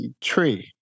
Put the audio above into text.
tree